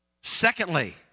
Secondly